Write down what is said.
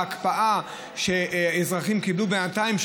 וההקפאה שאזרחים קיבלו בינתיים,